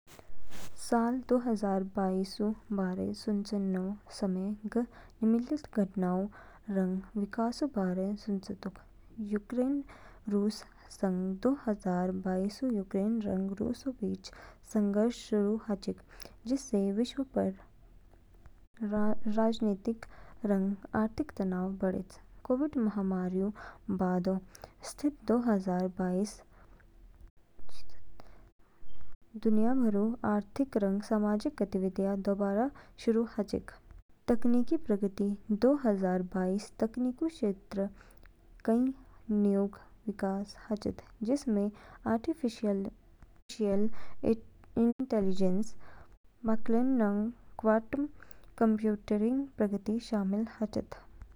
साल दो हजार बाईसऊ बारे सुचेनो समय, ग निम्नलिखित घटनाओंऊ रंग विकासोंऊ बारे सुचेतोक। यूक्रेन-रूस संघर्ष दो हजार बाईसऊ यूक्रेन रंग रूसऊ बीच संघर्ष शुरू हाचिंग, जिससे वैश्विक स्तर पंग राजनीतिक रंग आर्थिक तनाव बढेच। कोविड महामारीऊ बादऊ स्थिति दो हजार बाईसऊ कोविड महामारीऊ बादऊ स्थितिऊ सुधार हाचिग, जिससे दुनिया भरऊ आर्थिक रंग सामाजिक गतिविधियाँ दोबारा शुरू हाचिंग। तकनीकी प्रगति दो हजार बाईसऊ तकनीकीऊ क्षेत्र कई न्यूग विकास हाचिद, जिनमें आर्टिफ़िशियल इंटेलिजेंस, ब्लॉकचेन रंग क्वांटम कंप्यूटिंगऊ प्रगति शामिल हाचिद।